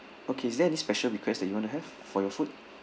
okay is there any special requests that you want to have for your food